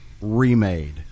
remade